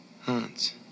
Hans